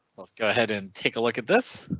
let's go ahead and take a look at this.